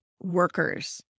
workers